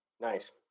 Nice